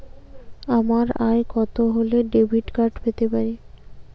আমার আয় কত হলে ডেবিট কার্ড পেতে পারি?